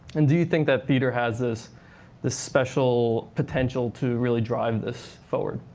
and do you think that theater has this this special potential to really drive this forward?